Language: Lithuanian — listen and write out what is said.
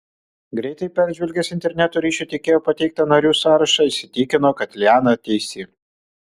greitai peržvelgęs interneto ryšio tiekėjo pateiktą narių sąrašą įsitikino kad liana teisi